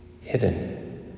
hidden